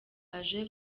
aje